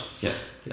Yes